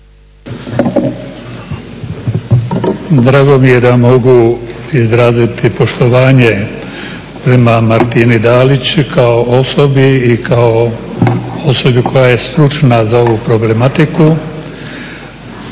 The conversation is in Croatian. Drago mi je da mogu izraziti poštovanje prema Martini Dalić kao osobi i kao osobi koja je stručna za ovu problematiku,